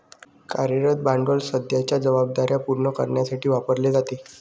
कार्यरत भांडवल सध्याच्या जबाबदार्या पूर्ण करण्यासाठी वापरले जाते